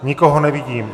Nikoho nevidím.